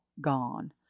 gone